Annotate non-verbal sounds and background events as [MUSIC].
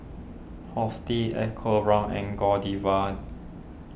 [UNINTELLIGIBLE] EcoBrown's and Godiva